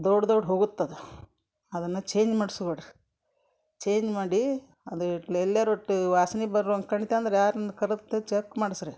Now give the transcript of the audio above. ದೊಡ್ಡ ದೊಡ್ಡ ಹೋಗುತ್ತದೆ ಅದನ್ನು ಚೇಂಜ್ ಮಾಡಸ್ಕೊಡ್ರಿ ಚೇಂಜ್ ಮಾಡಿ ಅದು ಎಲ್ಯಾರೂ ರೊಟ್ ವಾಸ್ನೆ ಬರುವಂಗೆ ಕಣ್ತೆಂದ್ರೆ ಯಾರ್ನ ಕರತೆ ಚಕ್ ಮಾಡಸಿ ರೀ